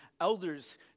elders